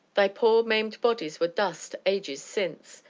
thy poor, maimed bodies were dust ages since,